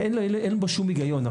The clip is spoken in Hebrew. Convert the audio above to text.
אין בו שום הגיון.